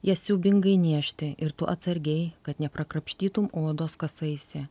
jas siaubingai niežti ir tu atsargiai kad neprakrapštytum odos kasaisi